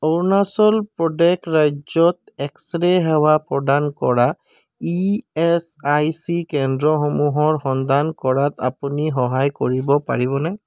অৰুণাচল প্ৰদেশ ৰাজ্যত x ray সেৱা প্ৰদান কৰা ইএচআইচি কেন্দ্ৰসমূহৰ সন্ধান কৰাত আপুনি সহায় কৰিব পাৰিবনে